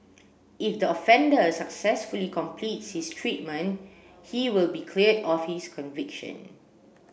if the offender successfully completes his treatment he will be cleared of his conviction